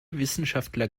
wissenschaftler